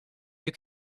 you